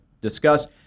discuss